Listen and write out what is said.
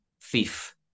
thief